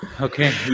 Okay